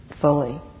fully